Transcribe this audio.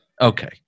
Okay